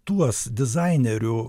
tuos dizainerių